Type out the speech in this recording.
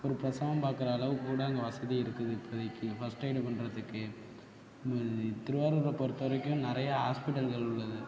ஒரு பிரசவம் பார்க்குற அளவுக்கு கூட அங்கே வசதி இருக்குது இப்போதைக்கு ஃபஸ்ட் எய்டு பண்ணுறதுக்கு திரூவாரூரை பொறுத்தவரைக்கும் நிறைய ஹாஸ்பிட்டல்கள் உள்ளது